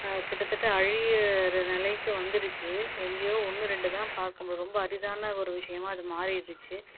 கிட்டத்தட்ட அழிகிற நிலைக்கி வந்துடுச்சு எங்கேயோ ஒன்று ரெண்டு தான் பார்க்க முடியும் ரொம்ப அரிதான ஒரு விஷயமா அது மாறிடுச்சி